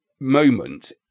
moment